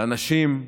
לנשים,